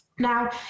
Now